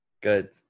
Good